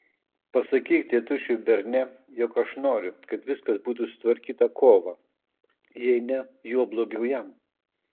pasakyk tėtušiui berne jog aš noriu kad viskas būtų sutvarkyta kovą jei ne juo blogiau jam